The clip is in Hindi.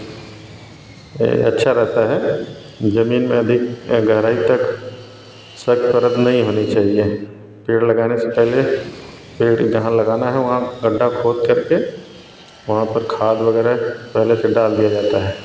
यह अच्छा रहता है ज़मीन में अधिक गहराई तक सखरद नहीं होनी चाहिए पेड़ लगाने से पहले पेड़ जहाँ लगाना है वहाँ गड्ढा खोदकर के वहाँ पर खाद वगैरह पहले से डाल दिया जाता है